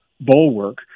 bulwark